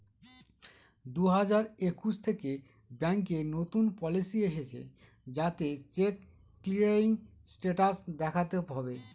দুই হাজার একুশ থেকে ব্যাঙ্কে নতুন পলিসি এসেছে যাতে চেক ক্লিয়ারিং স্টেটাস দেখাতে হবে